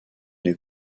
new